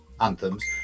Anthems